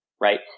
right